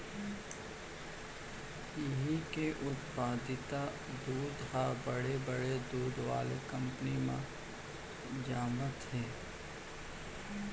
इहां के उत्पादित दूद ह बड़े बड़े दूद वाला कंपनी म जावत हे